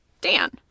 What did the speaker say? Dan